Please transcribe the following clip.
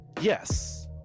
Yes